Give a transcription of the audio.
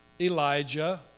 Elijah